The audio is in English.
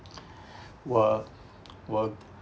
will will